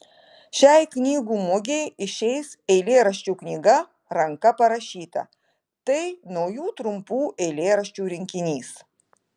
šiai knygų mugei išeis eilėraščių knyga ranka parašyta tai naujų trumpų eilėraščių rinkinys